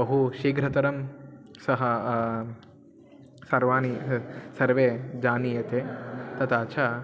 बहु शीघ्रतरं सः सर्वाणि सर्वे जानीते तथा च